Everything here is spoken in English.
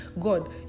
God